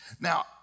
Now